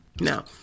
Now